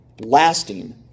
lasting